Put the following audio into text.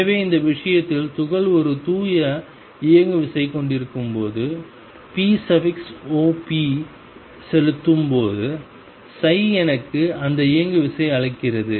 எனவே இந்த விஷயத்தில் துகள் ஒரு தூய இயங்குவிசை கொண்டிருக்கும்போது pop செலுத்தும் போது எனக்கு அந்த இயங்குவிசை அளிக்கிறது